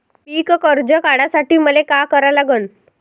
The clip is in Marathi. पिक कर्ज काढासाठी मले का करा लागन?